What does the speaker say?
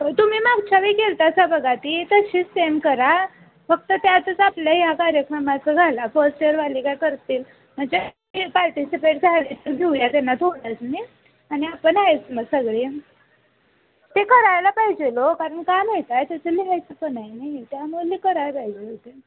तुम्ही मागच्या ब केलतासा बघा ती तशीच सेम करा फक्त त्यातच आपल्या ह्या कार्यक्रमाचं घाला फर्स्ट यिरवाली काय करतील म्हणजे पार्टिसिपेट झाली तर घेऊया त्यांना थोडंच मी आणि आहे च मग सगळी ते करायला पाहिजेल ओ कारण का नताय तसं लिहायचं पण आहे ना त्यामुळे करायला पाहिज होते